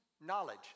knowledge